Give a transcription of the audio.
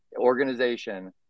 organization